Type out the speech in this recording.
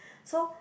so